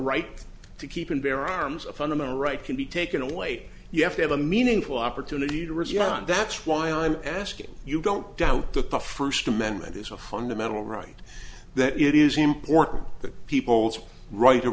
right to keep and bear arms a fundamental right can be taken away you have to have a meaningful opportunity to respond that's why i'm asking you don't doubt the first amendment is a fundamental right that it is important that people's right to